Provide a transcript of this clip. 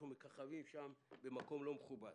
אנחנו מככבים שם במקום לא מכובד.